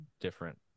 different